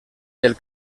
del